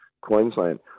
Queensland